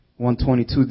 122